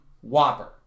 Whopper